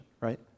right